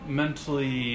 mentally